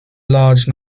large